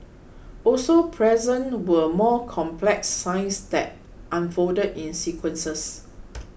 also present were more complex signs that unfolded in sequences